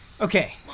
Okay